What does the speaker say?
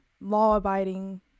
law-abiding